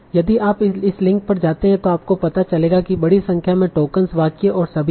यदि आप इस लिंक पर जाते हैं तो आपको पता चलेगा कि बड़ी संख्या में टोकनस वाक्य और सभी हैं